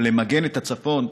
אבל למגן את הצפון,